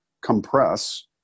compress